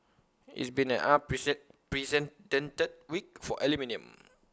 it's been an precedented week for aluminium